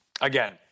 Again